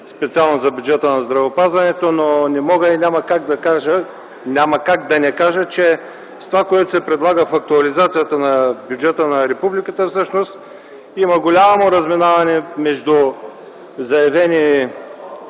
специално за бюджета на здравеопазването, но не мога, а и няма как, да не кажа, че с това, което се предлага в актуализацията на бюджета на републиката всъщност има голямо разминаване между заявени